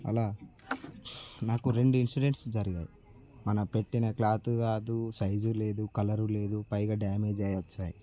అలా నాకు రెండు ఇన్సిడెంట్స్ జరిగాయి మనం పెట్టిన క్లాత్ కాదు సైజ్ లేదు కలర్ లేదు పైగా డ్యామేజ్ అయ్యి వచ్చాయి